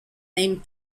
named